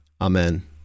Amen